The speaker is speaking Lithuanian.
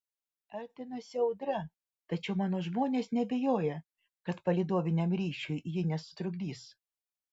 artinasi audra tačiau mano žmonės neabejoja kad palydoviniam ryšiui ji nesutrukdys